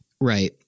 right